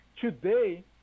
Today